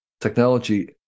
technology